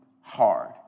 hard